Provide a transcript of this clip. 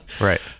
Right